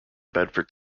bedford